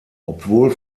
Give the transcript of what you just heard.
obwohl